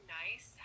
nice